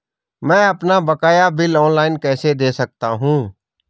मैं अपना बकाया बिल ऑनलाइन कैसे दें सकता हूँ?